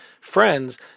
friends